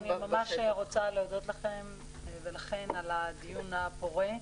אני ממש רוצה להודות לכם ולכן על הדיון הפורה.